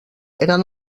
eren